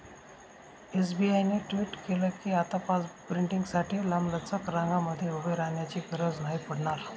SBI ने tweet केल कीआता पासबुक प्रिंटींगसाठी लांबलचक रंगांमध्ये उभे राहण्याची गरज नाही पडणार